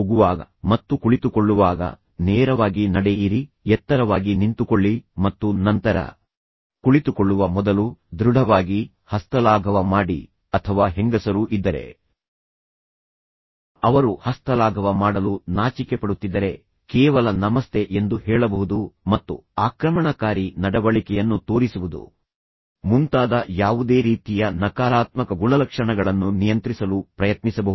ಹೋಗುವಾಗ ಮತ್ತು ಕುಳಿತುಕೊಳ್ಳುವಾಗ ನೇರವಾಗಿ ನಡೆಯಿರಿ ಎತ್ತರವಾಗಿ ನಿಂತುಕೊಳ್ಳಿ ಮತ್ತು ನಂತರ ಕುಳಿತುಕೊಳ್ಳುವ ಮೊದಲು ದೃಢವಾಗಿ ಹಸ್ತಲಾಘವ ಮಾಡಿ ಅಥವಾ ಹೆಂಗಸರು ಇದ್ದರೆ ಅವರು ಹಸ್ತಲಾಘವ ಮಾಡಲು ನಾಚಿಕೆಪಡುತ್ತಿದ್ದರೆ ಕೇವಲ ನಮಸ್ತೆ ಎಂದು ಹೇಳಬಹುದು ಮತ್ತು ಆಕ್ರಮಣಕಾರಿ ನಡವಳಿಕೆಯನ್ನು ತೋರಿಸುವುದು ಮುಂತಾದ ಯಾವುದೇ ರೀತಿಯ ನಕಾರಾತ್ಮಕ ಗುಣಲಕ್ಷಣಗಳನ್ನು ನಿಯಂತ್ರಿಸಲು ಪ್ರಯತ್ನಿಸಬಹುದು